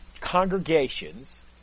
congregations